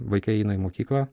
vaikai eina į mokyklą